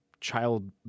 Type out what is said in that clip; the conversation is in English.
child